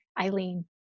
Eileen